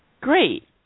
great